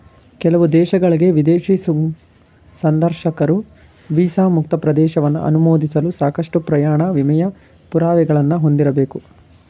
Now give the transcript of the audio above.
ಕೆಲವು ದೇಶಗಳ್ಗೆ ವಿದೇಶಿ ಸಂದರ್ಶಕರು ವೀಸಾ ಮುಕ್ತ ಪ್ರವೇಶವನ್ನ ಅನುಮೋದಿಸಲು ಸಾಕಷ್ಟು ಪ್ರಯಾಣ ವಿಮೆಯ ಪುರಾವೆಗಳನ್ನ ಹೊಂದಿರಬೇಕು